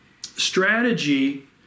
strategy